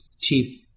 Chief